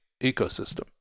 ecosystem